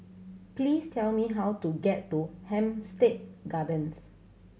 please tell me how to get to Hampstead Gardens